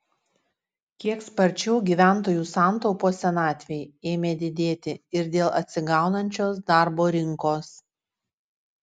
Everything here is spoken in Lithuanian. kiek sparčiau gyventojų santaupos senatvei ėmė didėti ir dėl atsigaunančios darbo rinkos